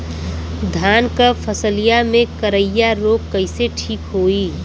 धान क फसलिया मे करईया रोग कईसे ठीक होई?